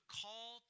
call